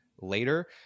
later